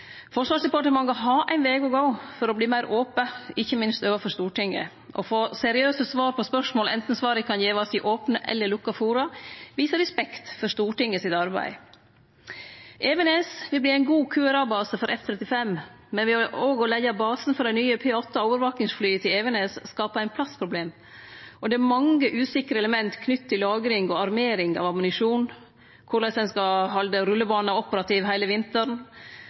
Forsvarsdepartementet har ein veg å gå for å verte meir ope, ikkje minst overfor Stortinget. Å få seriøse svar på spørsmål, anten svaret kan gis i opne eller lukka forum, viser respekt for Stortinget sitt arbeid. Evenes vil verte ein god QRA-base for F-35, men ved òg å leggje basen for dei nye P-8-overvakingsflya til Evenes, skapar ein plassproblem, og det er mange usikre element knytt til lagring og armering av ammunisjon, korleis ein skal halde rullebana operativ heile vinteren,